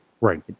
Right